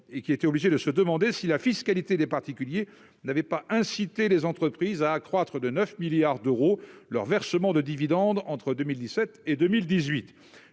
et qui a été obligé de se demander si la fiscalité des particuliers n'avait pas inciter les entreprises à accroître de 9 milliards d'euros leurs versements de dividendes entre 2017 et 2018,